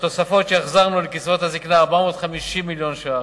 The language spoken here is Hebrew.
התוספות שהחזרנו לקצבת הזיקנה: 450 מיליון ש"ח.